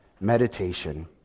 meditation